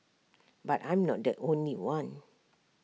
but I'm not the only one